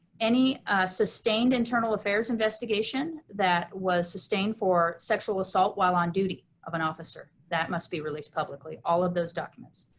any sustained internal affairs investigation that was sustained for sexual assault while on duty of an officer, that must be released publicly, all of those documents.